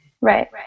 right